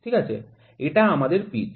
ঠিক আছে এটা আমাদের পিচ